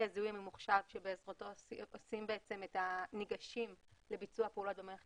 הזיהוי הממוחשב בעזרתו ניגשים לביצוע פעולה במערכת